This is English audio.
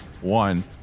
one